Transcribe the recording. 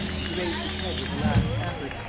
he raised his head with a last effort,